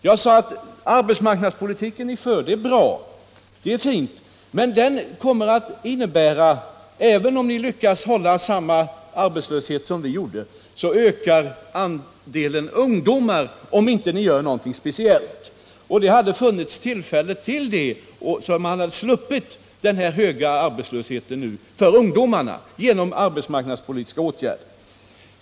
Jag sade att den arbetsmarknadspolitik som ni för är bra, men den kommer att innebära — även om ni lyckas hålla arbetslösheten på samma nivå som vi gjorde — att andelen ungdomar ökar, om ni inte gör något speciellt. Det hade funnits tillfälle till sådana arbetsmarknadspolitiska åtgärder, så att vi hade sluppit den nuvarande höga arbetslösheten bland ungdomarna.